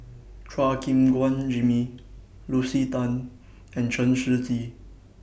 Chua Gim Guan Jimmy Lucy Tan and Chen Shiji